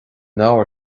leabhar